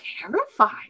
terrified